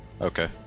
Okay